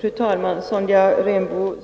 Fru talman! Sonja Rembo